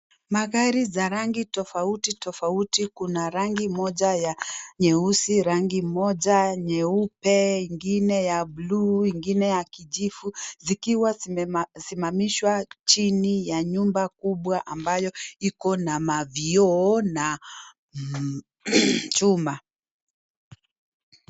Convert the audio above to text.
Magari za rangi tofauti tofauti, kuna rangi moja ya nyeusi, rangi moja nyeupe, ingine ya bulu, ingine ya kijivu zikiwa zimesimamishwa chini ya nyumba kubwa ambayo iko na mavioo na chuma.